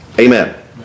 Amen